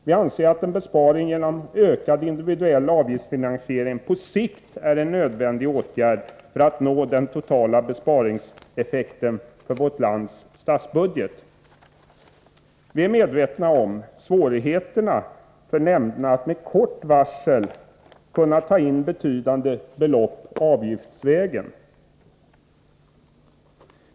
Vi anser att en besparing genom ökad individuell avgiftsfinansiering på sikt är en nödvändig åtgärd för att nå en total besparingseffekt för vårt lands statsbudget. Vi är medvetna om svårigheterna för nämnderna att med kort varsel kunna ta in betydande belopp avgiftsvägen.